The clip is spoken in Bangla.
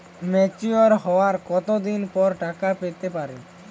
ম্যাচিওর হওয়ার কত দিন পর টাকা পেতে পারি?